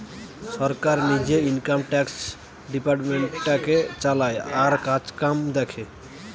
সরকার নিজে income tax ডিপার্টমেন্টটাকে চালায় আর কাজকাম দেখে